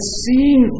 seeing